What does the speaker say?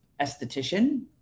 esthetician